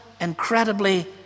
incredibly